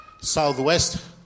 southwest